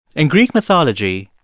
in greek mythology,